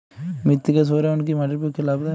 মৃত্তিকা সৌরায়ন কি মাটির পক্ষে লাভদায়ক?